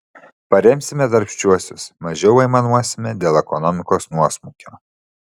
paremsime darbščiuosius mažiau aimanuosime dėl ekonomikos nuosmukio